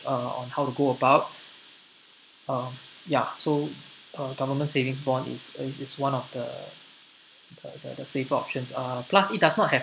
uh on how to go about uh ya so uh government savings bond is is one of the the the safe options are plus it does not have